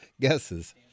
guesses